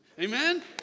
Amen